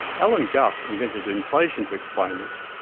alan guth invented inflation to explain this.